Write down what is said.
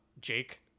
Jake